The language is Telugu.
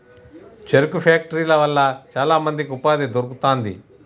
చెరుకు ఫ్యాక్టరీల వల్ల చాల మందికి ఉపాధి దొరుకుతాంది